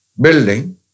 building